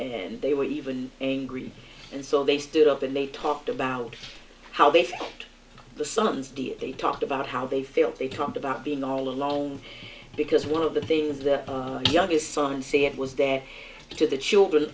and they were even angry and so they stood up and they talked about how they felt the sons did they talked about how they feel they talked about being all alone because one of the things the youngest son see it was dad to the children